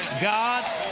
God